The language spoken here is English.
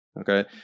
Okay